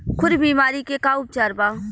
खुर बीमारी के का उपचार बा?